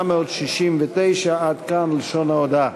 התשכ"ט 1969. עד כאן לשון ההודעה.